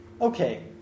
Okay